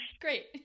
Great